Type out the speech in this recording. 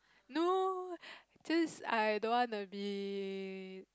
no just I don't wanna be